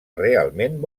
realment